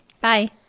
Bye